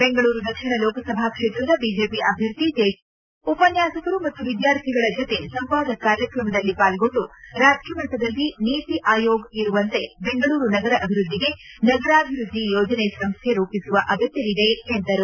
ಬೆಂಗಳೂರು ದಕ್ಷಿಣ ಲೋಕಸಭಾ ಕ್ಷೇತ್ರದ ಬಿಜೆಪಿ ಅಭ್ಯರ್ಥಿ ತೇಜಸ್ವಿ ಸೂರ್ಯ ಉಪನ್ಯಾಸಕರು ಮತ್ತು ವಿದ್ಯಾರ್ಧಿಗಳ ಜೊತೆ ಸಂವಾದ ಕಾರ್ಯಕ್ರಮದಲ್ಲಿ ಪಾಲ್ಗೊಂಡು ರಾಷ್ಟಮಟ್ಟದಲ್ಲಿ ನೀತಿ ಆಯೋಗ್ ಇರುವಂತೆ ಬೆಂಗಳೂರು ನಗರ ಅಭಿವೃದ್ಧಿಗೆ ನಗರಾಭಿವೃದ್ಧಿ ಯೋಜನೆ ಸಂಸ್ಥೆ ರೂಪಿಸುವ ಅಗತ್ಯವಿದೆ ಎಂದರು